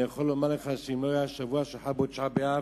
אני יכול לומר לך שאם זה לא היה השבוע שחל בו תשעה באב,